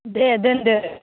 दे दोनदो